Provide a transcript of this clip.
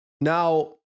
Now